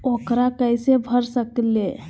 ऊकरा कैसे भर सकीले?